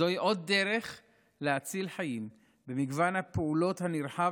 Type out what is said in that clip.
זוהי עוד דרך להציל חיים במגוון הפעולות הנרחב